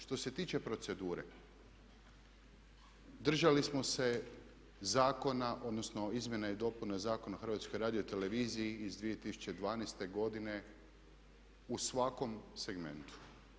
Što se tiče procedure, držali smo se zakona, odnosno izmjena i dopuna Zakona o HRT-u iz 2012. godine u svakom segmentu.